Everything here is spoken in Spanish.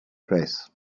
press